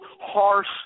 harsh